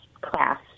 class